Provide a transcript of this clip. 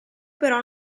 però